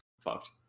fucked